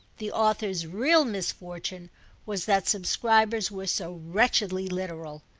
the author's real misfortune was that subscribers were so wretchedly literal.